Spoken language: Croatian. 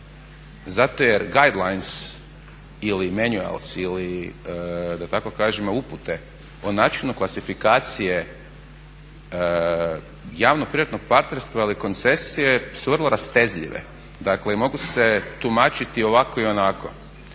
Zato jer guide lines ili manuals ili da tako kažemo upute o načinu klasifikacije javno-privatnog partnerstva ili koncesije su vrlo rastezljive i mogu se tumačiti ovako i onako.